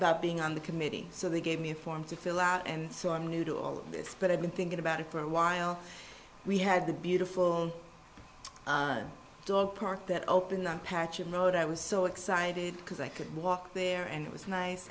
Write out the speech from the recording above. asked being on the committee so they gave me a form to fill out and so i'm new to all this but i've been thinking about it for a while we had the beautiful dog park that opened a patch of road i was so excited because i could walk there and it was nice